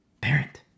parent